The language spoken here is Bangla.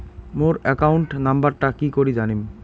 মোর একাউন্ট নাম্বারটা কি করি জানিম?